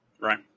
right